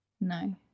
No